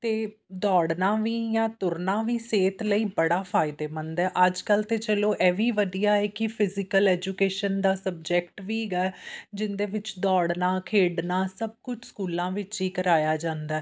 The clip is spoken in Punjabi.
ਅਤੇ ਦੌੜਨਾ ਵੀ ਜਾਂ ਤੁਰਨਾ ਵੀ ਸਿਹਤ ਲਈ ਬੜਾ ਫਾਇਦੇਮੰਦ ਹੈ ਅੱਜ ਕੱਲ੍ਹ ਤਾਂ ਚਲੋ ਇਹ ਵੀ ਵਧੀਆ ਹੈ ਕਿ ਫਿਜੀਕਲ ਐਜੂਕੇਸ਼ਨ ਦਾ ਸਬਜੈਕਟ ਵੀ ਹੈਗਾ ਜਿਹਦੇ ਵਿੱਚ ਦੌੜਨਾ ਖੇਡਣਾ ਸਭ ਕੁਝ ਸਕੂਲਾਂ ਵਿੱਚ ਹੀ ਕਰਾਇਆ ਜਾਂਦਾ